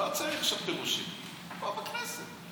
לא צריך שום פירושים, פה, בכנסת.